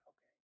Okay